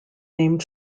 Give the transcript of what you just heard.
named